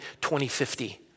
2050